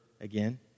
again